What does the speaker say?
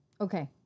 Okay